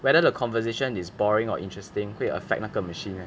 whether the conversation is boring or interesting 会 affect 那个 machine meh